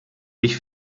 ich